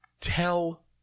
tell